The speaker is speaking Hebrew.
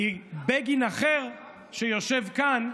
מבגין אחר שיושב כאן,